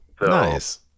Nice